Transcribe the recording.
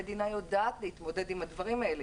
המדינה יודעת להתמודד עם הדברים האלה.